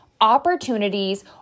opportunities